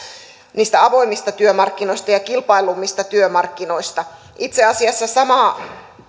niistä avoimista työmarkkinoista ja kilpailluimmista työmarkkinoista itse asiassa samaa